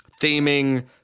theming